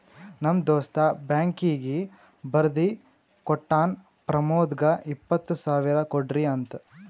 ನಮ್ ದೋಸ್ತ ಬ್ಯಾಂಕೀಗಿ ಬರ್ದಿ ಕೋಟ್ಟಾನ್ ಪ್ರಮೋದ್ಗ ಇಪ್ಪತ್ ಸಾವಿರ ಕೊಡ್ರಿ ಅಂತ್